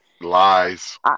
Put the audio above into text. Lies